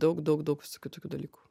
daug daug daug visokių tokių dalykų